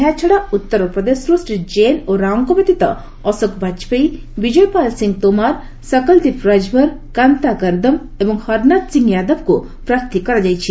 ଏହାଛଡ଼ା ଉତ୍ତରପ୍ରଦେଶରୁ ଶ୍ରୀ କ୍ରେନ ଓ ରାଓଙ୍କ ବ୍ୟତୀତ ଅଶୋକ ବାଜପେୟୀ ବିଜୟ ପାଲ୍ ସିଂ ତୋମାର ସକଲ୍ଦୀପ୍ ରାଜ୍ଭର୍ କାନ୍ତା କର୍ଦମ୍ ଏବଂ ହରନାଥ ସିଂ ୟାଦବଙ୍କୁ ପ୍ରାର୍ଥୀ କରାଯାଇଛି